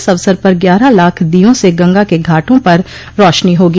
इस अवसर पर ग्यारह लाख दीयों से गंगा के घाटों पर रौशनी होगी